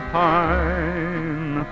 pine